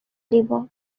দিব